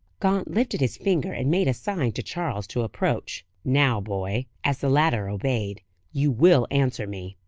gaunt lifted his finger, and made a sign to charles to approach. now, boy as the latter obeyed you will answer me,